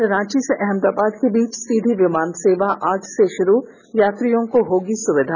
और रांची से अहमदाबाद के बीच सीधी विमान सेवा आज से शुरू यात्रियों को होगी सुविधा